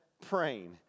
praying